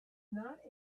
not